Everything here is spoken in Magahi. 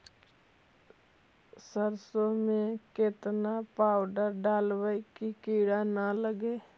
सरसों में केतना पाउडर डालबइ कि किड़ा न लगे?